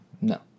No